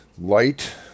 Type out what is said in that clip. light